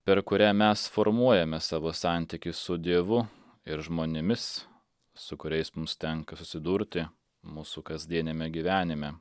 per kurią mes formuojame savo santykį su dievu ir žmonėmis su kuriais mums tenka susidurti mūsų kasdieniame gyvenime